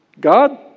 God